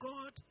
God